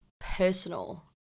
personal